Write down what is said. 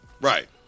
Right